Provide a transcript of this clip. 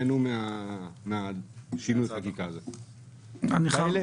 מדובר בכאלה